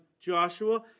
Joshua